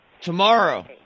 Tomorrow